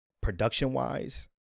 production-wise